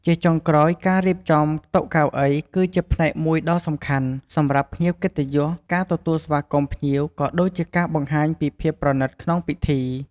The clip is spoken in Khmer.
ជាចុងក្រោយការរៀបចំ តុកៅអី គឺជាផ្នែកមួយដ៏សំខាន់ សម្រាប់កិត្តិយសការទទួលស្វាគមន៍ភ្ញៀវ ក៏ដូចជាការបង្ហាញពីភាពប្រណិតក្នុងពិធី។